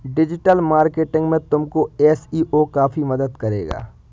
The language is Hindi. डिजिटल मार्केटिंग में तुमको एस.ई.ओ काफी मदद करेगा